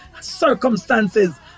Circumstances